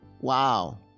wow